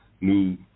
new